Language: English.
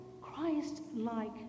Christ-like